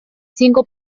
cinco